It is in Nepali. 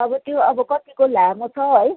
अब त्यो अब कतिको लामो छ है